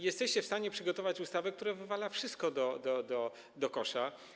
Jesteście w stanie przygotować ustawę, która wywala wszystko do kosza.